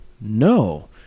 No